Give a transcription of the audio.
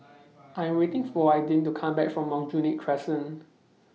I Am waiting For Adin to Come Back from Aljunied Crescent